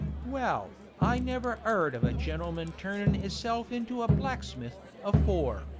well, i never eard of a gentleman turnin isself into a blacksmith, afore,